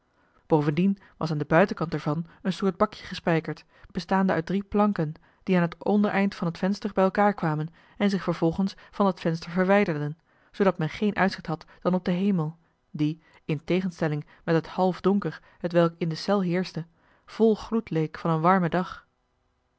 bovendien was aan den buitenkant er van een soort bakje gespijkerd bestaande uit drie planken die aan het ondereind van het venster bij elkaar kwamen en zich vervolgens van dat venster verwijderden zoodat men geen uitzicht had dan op den hemel die in tegenstelling met het half donker hetwelk in de cel heerschte vol gloed leek van een warmen dag